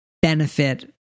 benefit